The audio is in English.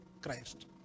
Christ